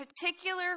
particular